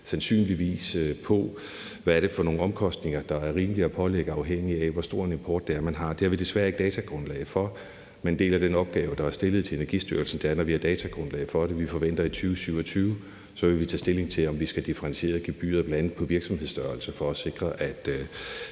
forskel på, hvad det er for nogle omkostninger, der er rimelige at pålægge, afhængigt af hvor stor en import man har. Det har vi desværre ikke et datagrundlag for, men en del af den opgave, der er stillet til Energistyrelsen, er, at vi, når vi har et datagrundlag for det, vi forventer i 2027, så vil tage stilling til, om vi skal differentiere gebyret, bl.a. i forhold til virksomhedsstørrelsen, for at sikre, at